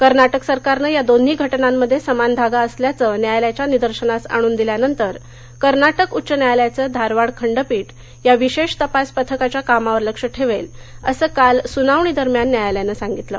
कर्नाटक सरकारनं या दोन्ही घटनांमध्ये समान धागा असल्याचे न्यायालयाच्या निदर्शनास आणून दिल्यानंतर कर्नाटक उच्च न्यायालयाचे धारवाड खंडपीठ या विशेष तपास पथकाच्या कामावर लक्ष ठेवेल असं काल सुनावणीदरम्यान न्यायालयानं सांगितलं